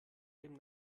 dem